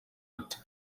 ati